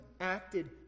acted